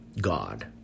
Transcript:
God